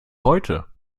heute